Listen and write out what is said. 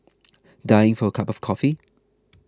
dying for a cup of coffee